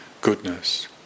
goodness